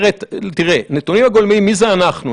תראה, נתונים הגולמיים מי זה אנחנו?